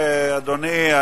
אדוני,